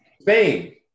Spain